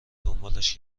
دنبالش